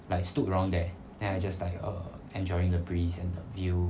like stood around there then I just like err enjoying the breeze and the view